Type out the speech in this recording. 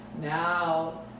Now